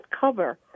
cover